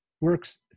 works